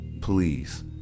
please